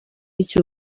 icyo